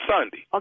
Sunday